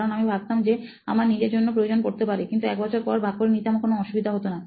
কারণ আমি ভাবতাম যে আমার নিজের জন্য প্রয়োজন পড়তে পারে কিন্তু একবছর পর ভাগ করে নিতে আমার কোনো অসুবিধা হতো না